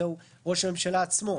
זה ראש הממשלה עצמו.